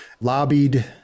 lobbied